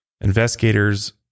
investigators